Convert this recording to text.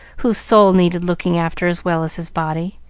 whose soul needed looking after as well as his body.